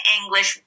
English